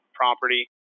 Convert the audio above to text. property